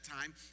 time